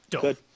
Good